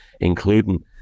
including